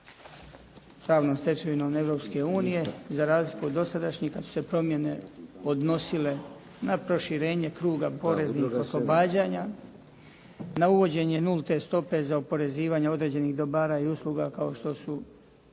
pravnom stečevinom Europske unije, za razliku od dosadašnjih kad su se promjene odnosile na proširenje kruga poreznih oslobađanja, na uvođenje nulte stope za oporezivanje određenih dobara i usluga kao što su